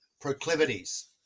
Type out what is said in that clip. proclivities